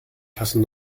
passen